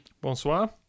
Bonsoir